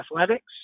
athletics